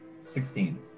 Sixteen